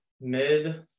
mid